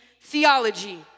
theology